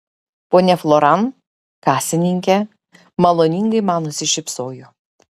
ponia floran kasininkė maloningai man nusišypsojo